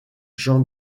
jean